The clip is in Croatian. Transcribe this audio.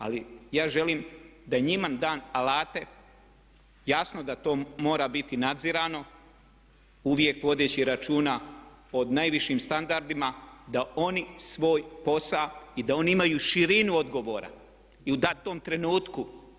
Ali ja želim da njima dam alate, jasno da to mora biti nadzirano uvijek vodeći računa o najvišim standardima da oni svoj posao i da oni imaju širinu odgovora i u danom trenutku.